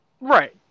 Right